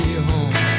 home